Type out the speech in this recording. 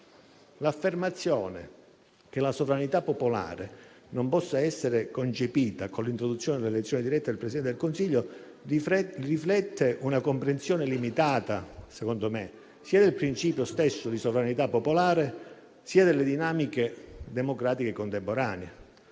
L'affermazione che la sovranità popolare non possa essere concepita con l'introduzione dell'elezione diretta del Presidente del Consiglio riflette una comprensione limitata, secondo me, sia del principio stesso di sovranità popolare sia delle dinamiche democratiche contemporanee.